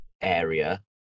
area